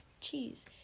cheese